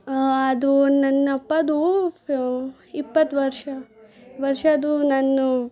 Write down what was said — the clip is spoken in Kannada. ಅದು ನನ್ನಪ್ಪದು ಇಪ್ಪತ್ತು ವರ್ಷ ವರ್ಷದು ನಾನು